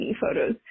photos